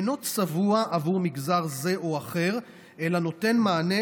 אינו צבוע עבור מגזר זה או אחר אלא נותן מענה